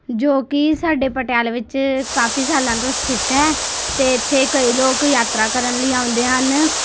ਜੋ ਕਿ ਸਾਡੇ ਪਟਿਆਲੇ ਵਿੱਚ ਕਾਫੀ ਸਾਲਾਂ ਤੋਂ ਸਥਿਤ ਹੈ ਅਤੇ ਇੱਥੇ ਕਈ ਲੋਕ ਯਾਤਰਾ ਕਰਨ ਲਈ ਆਉਂਦੇ ਹਨ